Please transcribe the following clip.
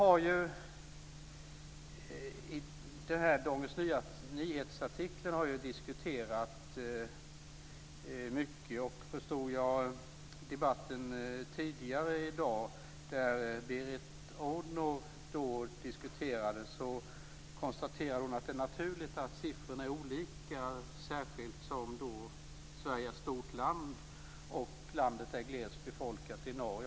Artikeln i Dagens Nyheter har ju diskuterats mycket. Bl.a. tog Berit Andnor upp den i debatten tidigare i dag. Hon konstaterade att det är naturligt att siffrorna är olika, särskilt som Sverige är ett stort land och är glest befolkat i den norra delen.